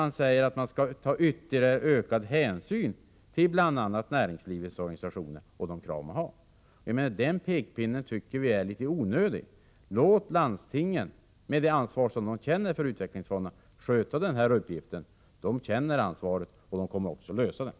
Ni säger att man skall ta ytterligare ökad hänsyn till de krav som näringslivets organisationer har. De pekpinnarna tycker vi är onödiga. Låt landstingen, med det ansvar som de känner för utvecklingsfonderna, sköta den här uppgiften. Landstingen känner sitt ansvar och kommer också att lösa frågan.